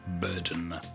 burden